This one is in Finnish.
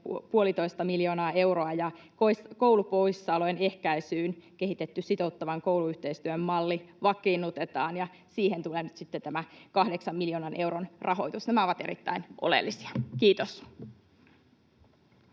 puolitoista miljoonaa euroa, ja koulupoissaolojen ehkäisyyn kehitetty sitouttavan kouluyhteistyön malli vakiinnutetaan, ja siihen tulee nyt sitten tämä kahdeksan miljoonan euron rahoitus. Nämä ovat erittäin oleellisia. — Kiitos.